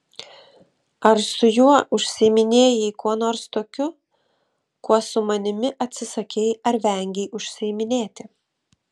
ar su juo užsiiminėjai kuo nors tokiu kuo su manimi atsisakei ar vengei užsiiminėti